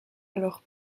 alors